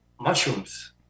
Mushrooms